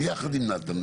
ביחד עם נתן,